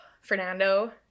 Fernando